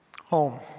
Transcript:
Home